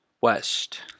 West